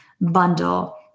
bundle